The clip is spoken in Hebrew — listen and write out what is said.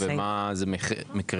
ומה זה מקרה חריג.